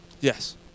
Yes